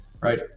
right